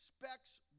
expects